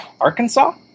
Arkansas